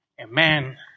amen